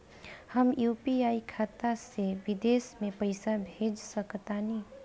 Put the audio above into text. हम यू.पी.आई खाता से विदेश म पइसा भेज सक तानि?